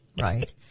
Right